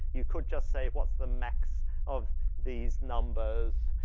you could just say what's the max of these numbers,